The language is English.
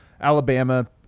Alabama